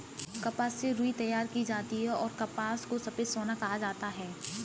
कपास से रुई तैयार की जाती हैंऔर कपास को सफेद सोना कहा जाता हैं